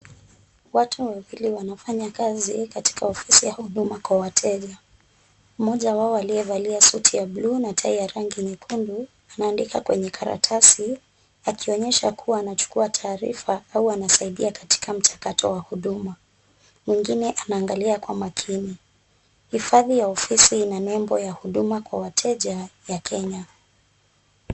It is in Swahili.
Watu wawili wanafanya kazi katika ofisi ya huduma kwa wateja. Mmoja wao aliyevalia suti ya bluu na tai ya rangi nyekundu, anaandika kwenye karatasi akionyesha kuwa anachukua taarifa au anasaidia katika mchakato wa huduma mwingine anaangalia kwa makini. Hifadhi ya ofisi ina nembo ya huduma kwa wateja ya Kenya.